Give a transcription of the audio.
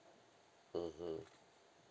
mmhmm